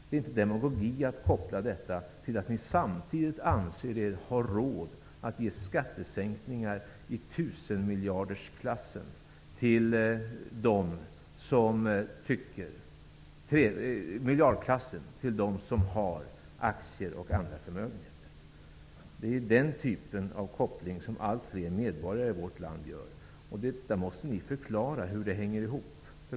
Det är inte demagogi att koppla detta till att ni samtidigt anser er ha råd att ge skattesänkningar i miljardklassen till dem som har aktier och andra förmögenheter. Det är den typen av koppling som allt fler medborgare i vårt land gör, och ni måste förklara hur det hänger ihop.